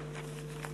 דיווח